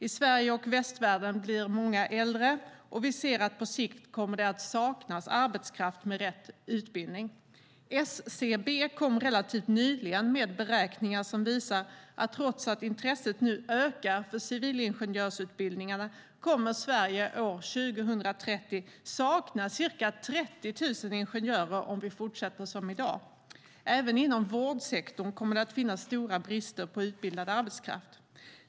I Sverige och västvärlden blir många äldre, och vi ser att det på sikt kommer att saknas arbetskraft med rätt utbildning. SCB kom relativt nyligen med beräkningar som visar att trots att intresset nu ökar för civilingenjörsutbildningarna kommer Sverige år 2030 att sakna ca 30 000 ingenjörer om vi fortsätter som i dag. Även inom vårdsektorn kommer det att finnas stora brister på utbildad arbetskraft.